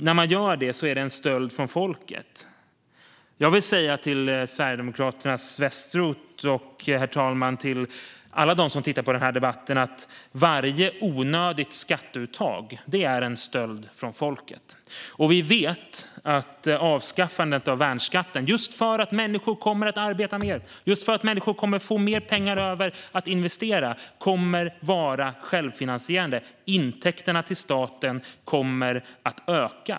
När man gör det, sa han, är det en stöld från folket. Jag vill säga till Sverigedemokraternas Westroth och till alla som tittar på den här debatten, herr talman, att varje onödigt skatteuttag är en stöld från folket. Vi vet att avskaffandet av värnskatten - just för att människor kommer att arbeta mer, just för att människor kommer att få mer pengar över att investera - kommer att vara självfinansierande. Intäkterna till staten kommer att öka.